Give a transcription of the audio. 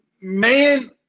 man